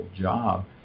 job